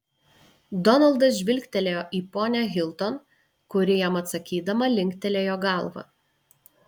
donaldas žvilgtelėjo į ponią hilton kuri jam atsakydama linktelėjo galvą